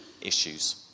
issues